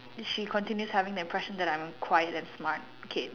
she continue telling the impression that I'm quiet and smart okay